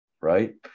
right